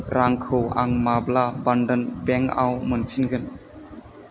रांखौ आं माब्ला बन्धन बेंकआव मोनफिनगोन